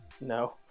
No